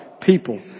people